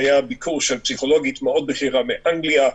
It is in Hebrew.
היה ביקור של פסיכולוגית מאוד בכירה מאנגליה.